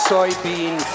Soybean